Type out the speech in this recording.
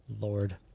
lord